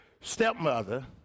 stepmother